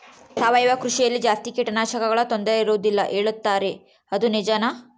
ಸಾವಯವ ಕೃಷಿಯಲ್ಲಿ ಜಾಸ್ತಿ ಕೇಟನಾಶಕಗಳ ತೊಂದರೆ ಇರುವದಿಲ್ಲ ಹೇಳುತ್ತಾರೆ ಅದು ನಿಜಾನಾ?